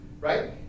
right